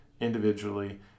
individually